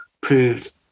proved